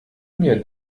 mir